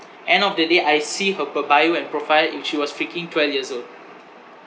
end of the day I see her pe~ bio and profile and she was freaking twelve years old